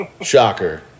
Shocker